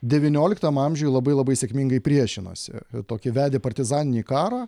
devynioliktam amžiuj labai labai sėkmingai priešinosi tokį vedė partizaninį karą